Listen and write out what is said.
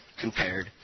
compared